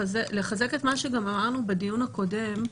לחזק את מה שגם אמרנו בדיון הקודם,